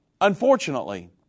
Unfortunately